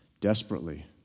desperately